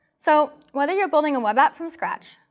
so whether you're building a web app from scratch,